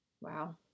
Wow